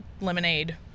lemonade